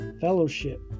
fellowship